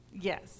Yes